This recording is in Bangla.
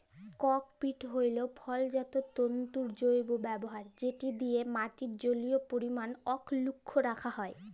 ককপিট হ্যইল ফলজাত তল্তুর জৈব ব্যাভার যেট দিঁয়ে মাটির জলীয় পরিমাল অখ্খুল্ল রাখা যায়